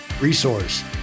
resource